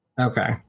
Okay